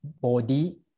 body